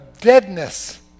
deadness